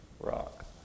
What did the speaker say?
Rock